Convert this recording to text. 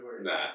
Nah